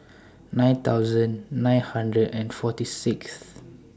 nine thousand nine hundred and forty Sixth